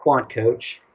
QuantCoach